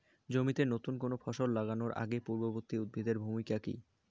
জমিতে নুতন কোনো ফসল লাগানোর আগে পূর্ববর্তী উদ্ভিদ এর ভূমিকা কি?